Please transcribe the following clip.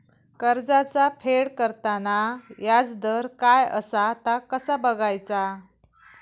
कर्जाचा फेड करताना याजदर काय असा ता कसा बगायचा?